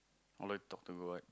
I would like to talk to god